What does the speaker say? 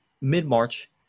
mid-March